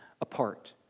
apart